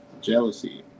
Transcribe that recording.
jealousy